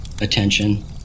attention